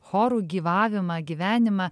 chorų gyvavimą gyvenimą